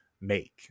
make